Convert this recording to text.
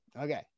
Okay